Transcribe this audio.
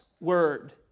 word